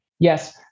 Yes